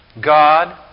God